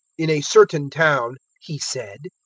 in a certain town, he said,